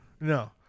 No